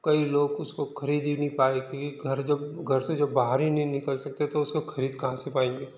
कई लोग उसको खरीदी ही नहीं पाए क्योंकि घर जब घर से जब बाहर ही नहीं निकल सकते तो उसको खरीद कहाँ से पाएँगे